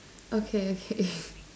okay okay